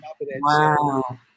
wow